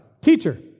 Teacher